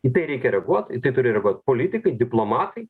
į tai reikia reaguot į tai turi reaguot politikai diplomatai